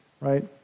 right